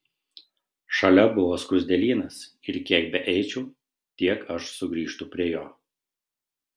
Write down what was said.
šalia buvo skruzdėlynas ir kiek beeičiau tiek aš sugrįžtu prie jo